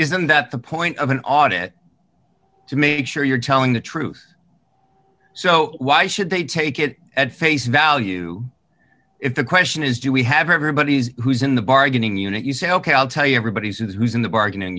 isn't that the point of an audit to make sure you're telling the truth so why should they take it at face value if the question is do we have everybody who's in the bargaining unit you say ok i'll tell you everybody's who's in the bargaining